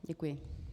Děkuji.